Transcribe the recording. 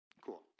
Cool